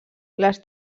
les